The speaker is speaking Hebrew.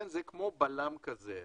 זה כמו בלם טבעי.